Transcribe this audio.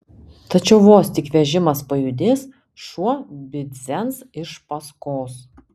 tačiau vos tik vežimas pajudės šuo bidzens iš paskos